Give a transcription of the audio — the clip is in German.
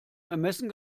ermessen